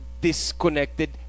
disconnected